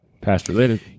Past-related